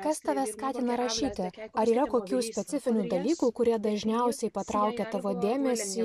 kas tave skatina rašyti ar yra kokių specifinių dalykų kurie dažniausiai patraukia tavo dėmesį